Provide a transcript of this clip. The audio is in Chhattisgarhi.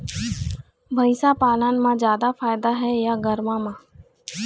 भंइस पालन म जादा फायदा हे या गरवा में?